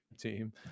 team